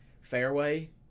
fairway